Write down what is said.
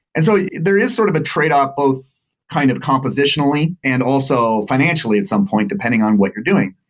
and so there is sort of a trade-off both kind of compositionally and also financially at some point, depending on what you're doing.